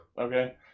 Okay